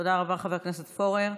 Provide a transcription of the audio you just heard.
תודה רבה לחבר הכנסת פורר.